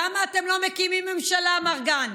למה אתם לא מקימים ממשלה, מר גנץ?